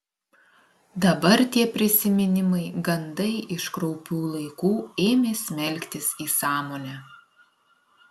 dabar tie prisiminimai gandai iš kraupių laikų ėmė smelktis į sąmonę